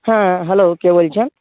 হ্যাঁ হ্যালো কে বলছেন